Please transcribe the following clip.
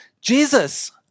Jesus